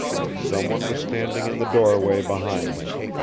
that someone was standing in the doorway behind him.